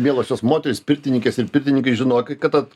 mielosios moterys pirtininkės ir pirtininkai žinokit kad tad